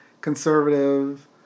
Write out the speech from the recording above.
conservative